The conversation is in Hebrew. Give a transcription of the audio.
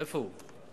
איפה הוא?